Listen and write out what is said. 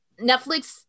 Netflix